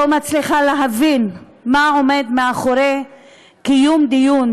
לא מצליחה להבין מה עומד מאחורי קיום דיון